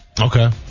Okay